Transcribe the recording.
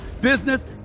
business